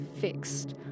fixed